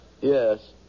Yes